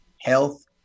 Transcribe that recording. health